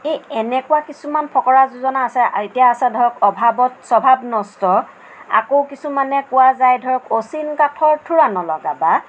এই এনেকুৱা কিছুমান ফকৰা যোজনা আছে এতিয়া আছে ধৰক অভাৱত স্বভাৱ নষ্ট আকৌ কিছুমানে কোৱা যায় ধৰক অচিন কাঠৰ থোৰা নলগাবা